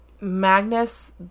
Magnus